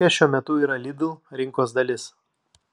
kokia šiuo metu yra lidl rinkos dalis